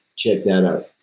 check that out.